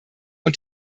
und